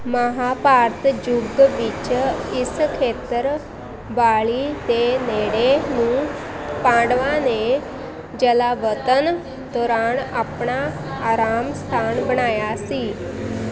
ਮਹਾਂਭਾਰਤ ਯੁੱਗ ਵਿੱਚ ਇਸ ਖੇਤਰ ਬਾਲੀ ਦੇ ਨੇੜੇ ਨੂੰ ਪਾਂਡਵਾਂ ਨੇ ਜਲਾਵਤਨ ਦੌਰਾਨ ਆਪਣਾ ਆਰਾਮ ਸਥਾਨ ਬਣਾਇਆ ਸੀ